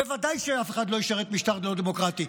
בוודאי שאף אחד לא ישרת משטר לא דמוקרטי.